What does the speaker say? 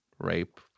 rape